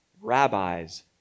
rabbis